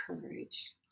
courage